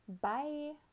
Bye